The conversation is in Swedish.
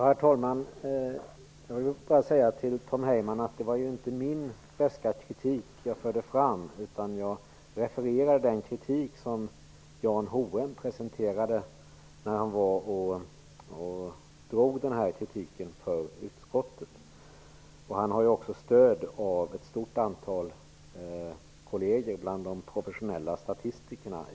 Herr talman! Jag vill bara säga till Tom Heyman att det inte var min egen beska kritik jag förde fram. Jag refererade den kritik som Jan Hoem presenterade för utskottet. Han har stöd i denna kritik av ett stort antal kolleger bland de professionella statistikerna.